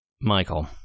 Michael